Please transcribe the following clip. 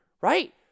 right